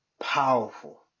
powerful